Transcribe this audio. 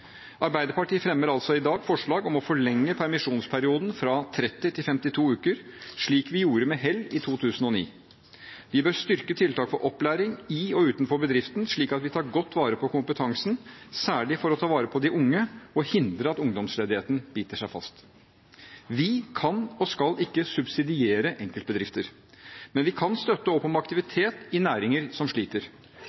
Arbeiderpartiet fremmer i dag forslag om å forlenge permisjonsperioden fra 30 til 52 uker, slik vi gjorde med hell i 2009. Vi bør styrke tiltak for opplæring i og utenfor bedriftene, slik at vi tar godt vare på kompetansen, særlig for å ta vare på de unge og hindre at ungdomsledigheten biter seg fast. Vi kan ikke og skal ikke subsidiere enkeltbedrifter, men vi kan støtte opp om aktivitet i næringer som sliter.